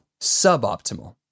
suboptimal